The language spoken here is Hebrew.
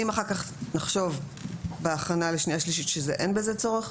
אם אחר כך נחשוב בהכנה לשנייה-שלישית שאין בזה צורך,